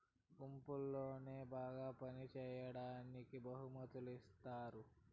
గుంపులో బాగా పని చేసేవాడికి బహుమతులు ఇత్తారు